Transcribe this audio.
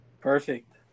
Perfect